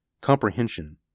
Comprehension